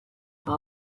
nta